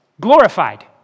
glorified